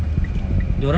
oh